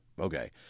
okay